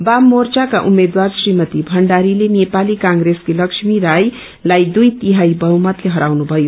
वाममोर्षाका उम्मेद्वार श्रीमती भण्डारीले नेपाली कंश्रेसकी लक्ष्मी रायलाई दुइ तिहाई बहुमतले हराउनु भयो